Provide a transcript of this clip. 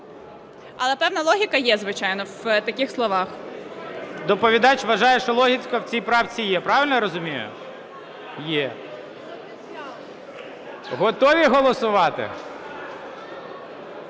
Але певна логіка є, звичайно, в таких словах. ГОЛОВУЮЧИЙ. Доповідач вважає, що логіка в цій правці є, правильно я розумію? Є. Готові голосувати?